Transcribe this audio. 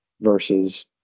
versus